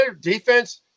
defense